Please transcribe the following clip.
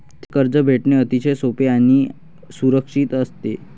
थेट कर्ज फेडणे अतिशय सोपे आणि सुरक्षित असते